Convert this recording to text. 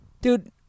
Dude